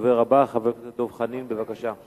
הדובר הבא, חבר הכנסת דב חנין, בבקשה.